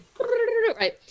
Right